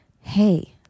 hey